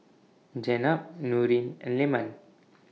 Jenab Nurin and Leman